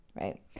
right